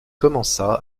commença